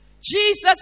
Jesus